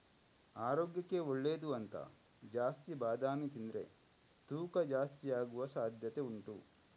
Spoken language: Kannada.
ಆರೋಗ್ಯಕ್ಕೆ ಒಳ್ಳೇದು ಅಂತ ಜಾಸ್ತಿ ಬಾದಾಮಿ ತಿಂದ್ರೆ ತೂಕ ಜಾಸ್ತಿ ಆಗುವ ಸಾಧ್ಯತೆ ಹೆಚ್ಚು ಉಂಟು